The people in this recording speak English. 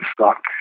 stock